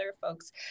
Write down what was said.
folks